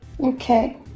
Okay